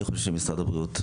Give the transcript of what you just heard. אני חושב שמשרד הבריאות,